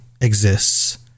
exists